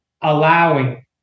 allowing